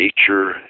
Nature